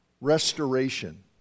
Restoration